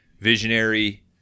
visionary